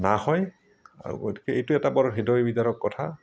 নাশ হয় আৰু গতিকে এইটো এটা বৰ হৃদয় বিদাৰক কথা